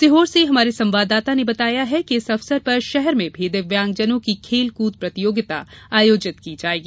सीहोर से हमारे संवाददाता ने बताया है कि इस अवसर पर शहर में भी दिव्यांगजनों की खेल कृद प्रतियोगिता आयोजित की जायेगी